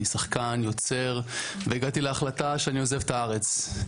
אני שחקן יוצר והגעתי להחלטה שאני עוזב את הארץ,